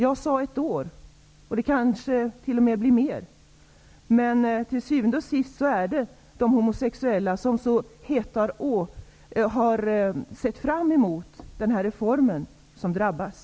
Jag sade ett år, men det kanske t.o.m. blir mer. Men till syvende och sist är det de homosexuella, som så hett har sett fram emot denna reform, som drabbas.